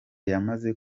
yamaze